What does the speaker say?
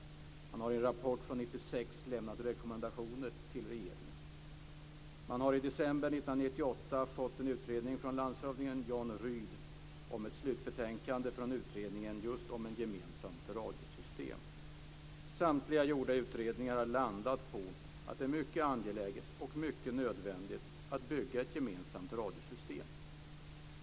Man har i en rapport från 1996 lämnat rekommendationer till regeringen. Man har i december 1998 fått en utredning från landshövding Jan Rydh om ett slutbetänkande från utredningen om just ett gemensamt radiosystem. Samtliga gjorda utredningar har landat på att det är mycket angeläget och mycket nödvändigt att bygga ett gemensamt radiosystem.